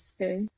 Okay